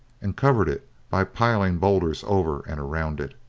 and covered it by piling boulders over and around it.